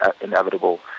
inevitable